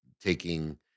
taking